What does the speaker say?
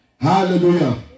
Hallelujah